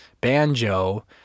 banjo